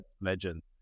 legend